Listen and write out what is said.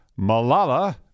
Malala